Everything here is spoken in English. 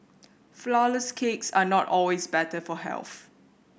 flourless cakes are not always better for health